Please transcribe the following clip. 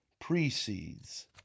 precedes